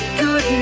good